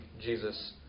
Jesus